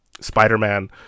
Spider-Man